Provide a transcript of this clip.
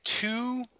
two –